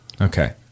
Okay